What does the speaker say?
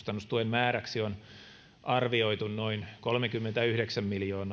määräksi on arvioitu noin kolmekymmentäyhdeksän